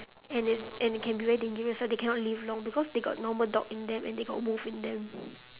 and it's and it can be very dangerous so they cannot live long because they got normal dog in them and they got wolf in them